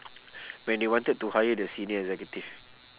when they wanted to hire the senior executive